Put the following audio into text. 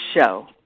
show